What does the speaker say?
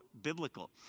biblical